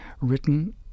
written